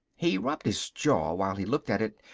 he rubbed his jaw while he looked at it.